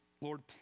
Lord